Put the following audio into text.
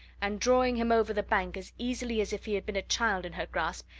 and drawing him over the bank as easily as if he had been a child in her grasp,